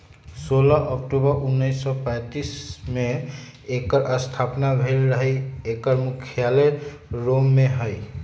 सोलह अक्टूबर उनइस सौ पैतालीस में एकर स्थापना भेल रहै एकर मुख्यालय रोम में हइ